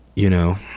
you know,